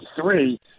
three